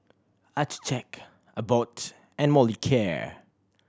Accucheck Abbott and Molicare